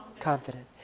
Confident